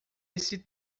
esse